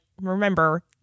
remember